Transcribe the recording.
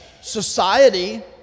Society